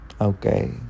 Okay